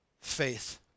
faith